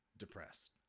depressed